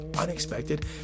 unexpected